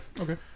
okay